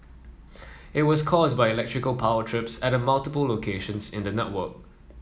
it was caused by electrical power trips at multiple locations in the network